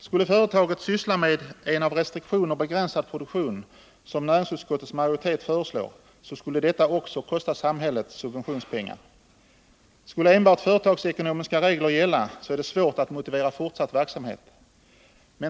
Skulle företaget syssla med en av restriktioner begränsad produktion, som näringsutskottets majoritet föreslår, skulle detta också kosta samhället subventionspengar. Skulle enbart företagsekonomiska regler gälla, är det svårt att motivera fortsatt verksamhet.